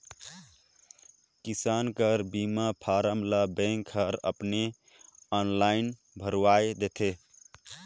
किसान कर बीमा फारम ल बेंक हर अपने आनलाईन भइर देथे